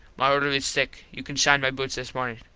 my orderlies sick. you can shine my boots this mornin.